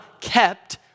kept